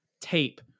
tape